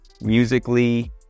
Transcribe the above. musically